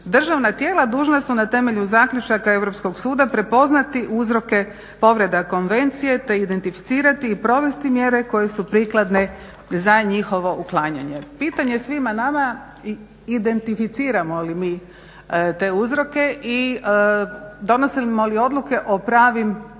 Državna tijela dužna su na temelju zaključaka Europskog suda prepoznati uzroke povreda Konvencije, te identificirati i provesti mjere koje su prikladne za njihovo uklanjanje. Pitanje svima nama identificiramo li mi te uzroke i donosimo li odluke o pravim mjerama.